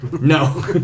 No